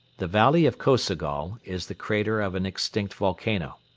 the valley of kosogol is the crater of an extinct volcano.